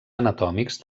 anatòmics